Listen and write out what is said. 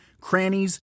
crannies